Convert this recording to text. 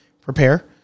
prepare